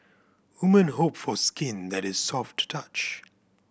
woman hope for skin that is soft to touch